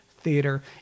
Theater